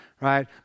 right